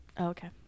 okay